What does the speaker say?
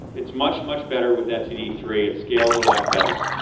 it's much, much better with etcd three. it scales a lot better,